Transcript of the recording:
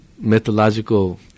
mythological